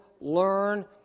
learn